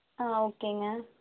ஆ ஓகேங்க